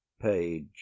page